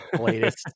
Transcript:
latest